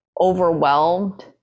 overwhelmed